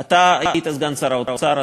אתה היית סגן שר האוצר,